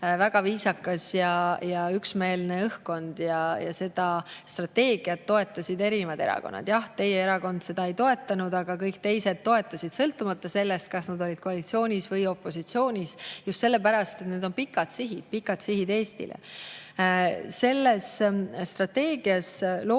väga viisakas ja üksmeelne õhkkond ja seda strateegiat toetasid erinevad erakonnad. Jah, teie erakond seda ei toetanud, aga kõik teised toetasid, sõltumata sellest, kas nad olid koalitsioonis või opositsioonis. Ja just sellepärast, et need on pikad sihid, pikad sihid Eestile. Selles strateegias loomulikult